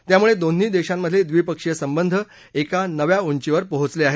त्यामुळे दोन्ही देशांमधले द्विपक्षीय संबंध एका नव्या उंचीवर पोहोचले आहेत